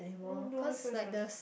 oh no so it's a